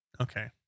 Okay